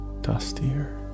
dustier